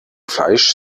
fleisch